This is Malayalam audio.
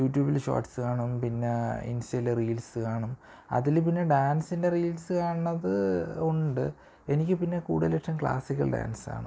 യൂട്യൂബിൽ ഷോർട്സ് കാണും പിന്നെ ഇൻസ്റ്റയിൽ റീൽസ് കാണും അതിൽ പിന്നെ ഡാൻസിൻ്റെ റീൽസ് കാണണത് ഉണ്ട് എനിക്ക് പിന്നെ കൂടുതലിഷ്ടം ക്ലാസ്സിക്കൽ ഡാൻസാണ്